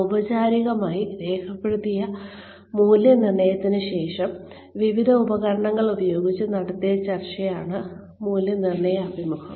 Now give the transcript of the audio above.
ഔപചാരികമായി രേഖപ്പെടുത്തിയ മൂല്യനിർണ്ണയത്തിന് ശേഷം വിവിധ ഉപകരണങ്ങൾ ഉപയോഗിച്ച് നടത്തിയ ചർച്ചയാണ് മൂല്യനിർണ്ണയ അഭിമുഖം